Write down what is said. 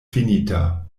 finita